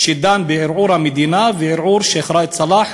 שדן בערעור המדינה וערעור שיח' ראאד סלאח